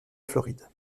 floride